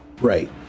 right